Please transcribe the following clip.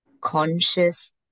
conscious